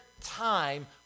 time